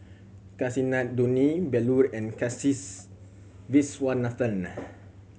Kasinadhuni Bellur and Kasiviswanathan